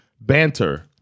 banter